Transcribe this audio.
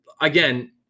again